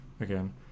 Again